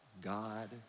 God